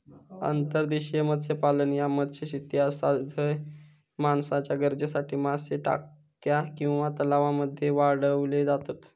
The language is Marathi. अंतर्देशीय मत्स्यपालन ह्या मत्स्यशेती आसा झय माणसाच्या गरजेसाठी मासे टाक्या किंवा तलावांमध्ये वाढवले जातत